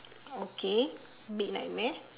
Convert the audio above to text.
okay big nightmare